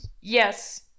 Yes